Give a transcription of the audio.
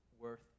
worth